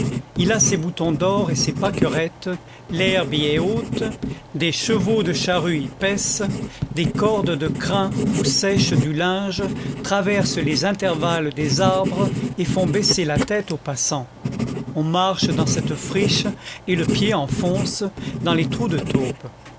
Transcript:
il a ses boutons d'or et ses pâquerettes l'herbe y est haute des chevaux de charrue y paissent des cordes de crin où sèche du linge traversent les intervalles des arbres et font baisser la tête aux passants on marche dans cette friche et le pied enfonce dans les trous de taupes